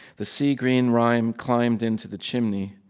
the sea green rhyme climbed into the chimney.